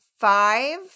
five